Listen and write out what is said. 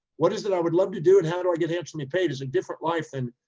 what is it i would love to do and how do i get handsomely paid is a different life than,